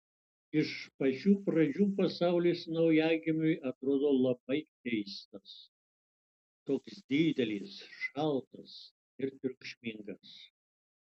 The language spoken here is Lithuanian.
iš pačių pradžių pasaulis naujagimiui atrodo labai keistas toks didelis šaltas ir triukšmingas